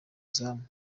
izamu